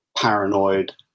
paranoid